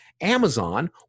Amazon